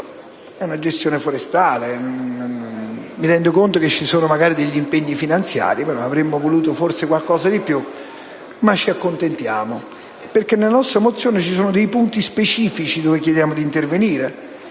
di gestione forestale; mi rendo conto che ci sono impegni finanziari, però avremmo voluto qualcosa di più; tuttavia ci accontentiamo, perché nella nostra mozione ci sono punti specifici dove chiediamo di intervenire,